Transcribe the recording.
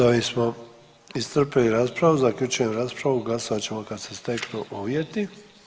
S ovim smo iscrpili raspravu, zaključujem raspravu glasovat ćemo kad se steknu uvjeti.